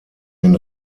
den